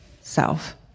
self